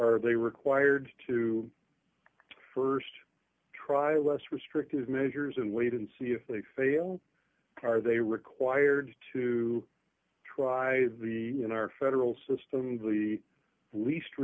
are they required to st try less restrictive measures and wait and see if they fail are they required to try in our federal system to the least